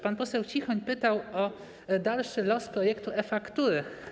Pan poseł Cichoń pytał o dalszy los projektu „e-faktury”